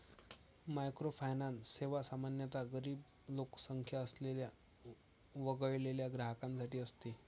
microfinance सेवा सामान्यतः गरीब लोकसंख्या असलेल्या वगळलेल्या ग्राहकांसाठी असते